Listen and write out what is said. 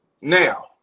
Now